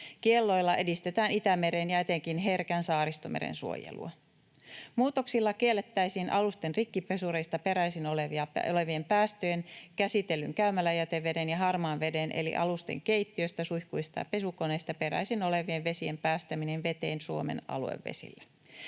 Kielloilla edistetään Itämeren ja etenkin herkän Saaristomeren suojelua. Muutoksilla kiellettäisiin alusten rikkipesureista peräisin olevien päästöjen, käsitellyn käymäläjäteveden ja harmaan veden eli alusten keittiöstä, suihkuista ja pesukoneista peräisin olevien vesien päästäminen veteen Suomen aluevesillä.